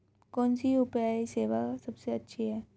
कौन सी यू.पी.आई सेवा सबसे अच्छी है?